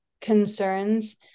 concerns